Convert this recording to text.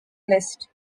list